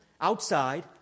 Outside